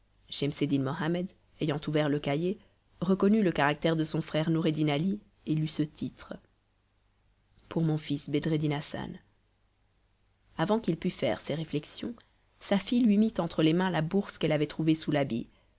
mohammed ayant ouvert le cahier reconnut le caractère de son frère noureddin ali et lut ce titre pour mon fils bedreddin hassan avant qu'il pût faire ses réflexions sa fille lui mit entre les mains la bourse qu'elle avait trouvée sous l'habit